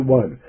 one